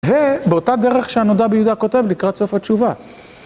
ובאותה דרך שהנודע ביהודה כותב לקראת סוף התשובה.